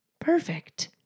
Perfect